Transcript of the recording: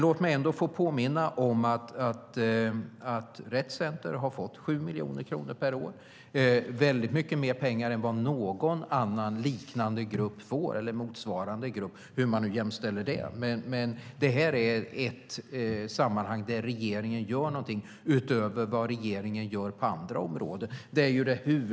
Låt mig påminna om att Rett Center har fått 7 miljoner kronor per år. Det är väldigt mycket mer pengar än vad någon annan motsvarande grupp får, hur man nu jämställer det. Det här är ett sammanhang där regeringen gör någonting utöver vad man gör på andra områden.